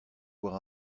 war